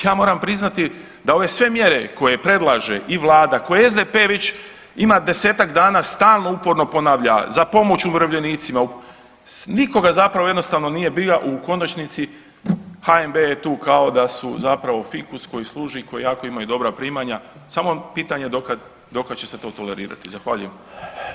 Ja moram priznati da ove sve mjere koje predlaže i Vlada, koje SDP već, ima 10-ak dana, stalno uporno ponavlja, za pomoć umirovljenicima, nikoga zapravo jednostavno nije briga, u konačnici, HNB je tu kao da su zapravo fikus koji služi koji jako imaju dobra primanja, samo pitanje do kad će se to tolerirati.